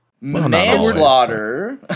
manslaughter